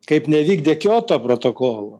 kaip nevykdė kioto protokolo